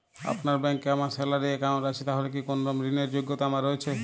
আপনার ব্যাংকে আমার স্যালারি অ্যাকাউন্ট আছে তাহলে কি কোনরকম ঋণ র যোগ্যতা আমার রয়েছে?